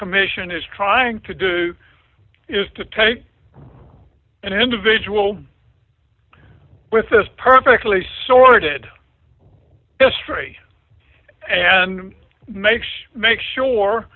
commission is trying to do is to take an individual with this perfectly sorted history and makes make sure